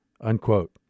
unquote